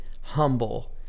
humble